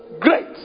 great